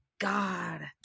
god